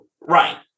right